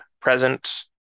present